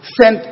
sent